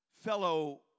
fellow